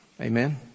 Amen